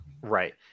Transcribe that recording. right